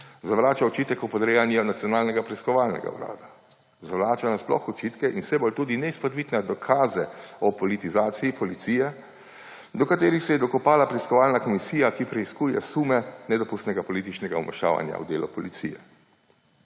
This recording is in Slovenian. Zavrača očitek o podrejanju Nacionalnega preiskovalnega urada. Zavrača nasploh očitke in vse bolj tudi neizpodbitne dokaze o politizaciji policije, do katerih se je dokopala preiskovalna komisija, ki preiskuje sume nedopustnega političnega vmešavanja v delo policije.